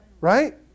right